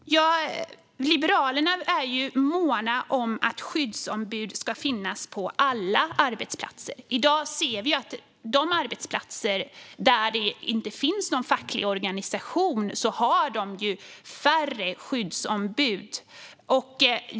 Fru talman! Liberalerna är måna om att skyddsombud ska finnas på alla arbetsplatser. I dag ser vi att de arbetsplatser där det inte finns någon facklig organisation har färre skyddsombud.